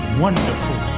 wonderful